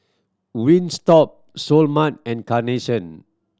Wingstop Seoul Mart and Carnation